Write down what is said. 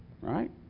right